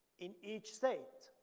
in each state.